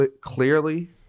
Clearly